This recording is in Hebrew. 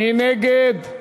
מי נגד?